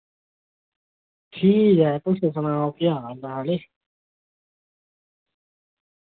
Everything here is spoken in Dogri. ठीक ऐ तुस सनाओ केह् हाल ऐ